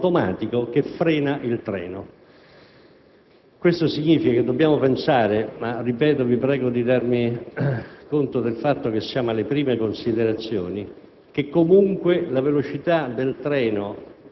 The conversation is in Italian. non avviene nei sei secondi, scatta un meccanismo automatico che frena il treno. Questo significa che dobbiamo pensare, ma vi prego di darmi conto del fatto che siamo alle prime considerazioni,